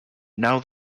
now